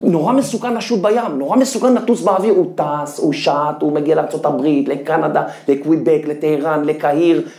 הוא נורא מסוכן לשוט בים, נורא מסוכן לטוץ באוויר. הוא טס, הוא שט, הוא מגיע לארה״ב, לקנדה, לקוויבק, לטהרן, לקהיר.